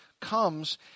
comes